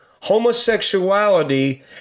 homosexuality